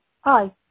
Hi